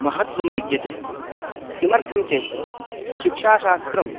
महत्त्वं विद्यते किमर्थं चेत् शिक्षाशास्त्रम्